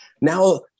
now